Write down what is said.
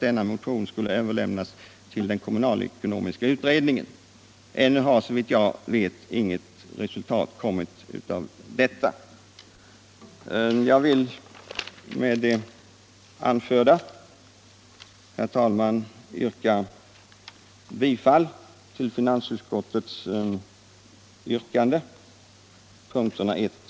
En ny påminnelse behövs således. Jag vill med det anförda, herr talman, yrka bifall till finansutskottets hemställan i punkterna 1-.